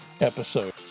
episode